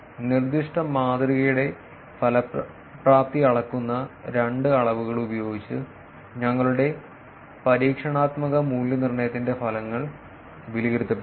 നിർദ്ദിഷ്ട മാതൃകയുടെ ഫലപ്രാപ്തി അളക്കുന്ന രണ്ട് അളവുകൾ ഉപയോഗിച്ച് ഞങ്ങളുടെ പരീക്ഷണാത്മക മൂല്യനിർണ്ണയത്തിന്റെ ഫലങ്ങൾ വിലയിരുത്തപ്പെടുന്നു